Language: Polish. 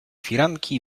firanki